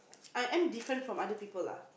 I am different from other people ah